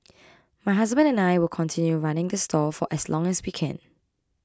my husband and I will continue running the stall for as long as we can